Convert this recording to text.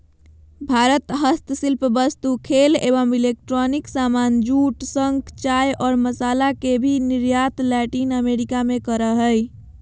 भारत हस्तशिल्प वस्तु, खेल एवं इलेक्ट्रॉनिक सामान, जूट, शंख, चाय और मसाला के भी निर्यात लैटिन अमेरिका मे करअ हय